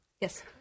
Yes